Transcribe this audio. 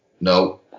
no